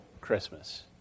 Christmas